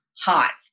hot